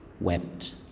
wept